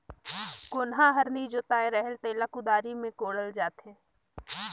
कोनहा हर नी जोताए रहें तेला कुदारी मे कोड़ल जाथे